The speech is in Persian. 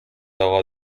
آقا